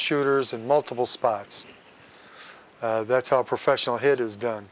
shooters and multiple spots that's how professional hit is done